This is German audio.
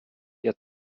der